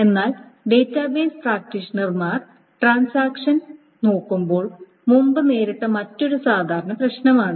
എന്നാൽ ഡാറ്റാബേസ് പ്രാക്ടീഷണർമാർ ട്രാൻസാക്ഷൻ നോക്കുമ്പോൾ മുമ്പ് നേരിട്ട മറ്റൊരു സാധാരണ പ്രശ്നമാണിത്